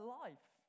life